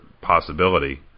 possibility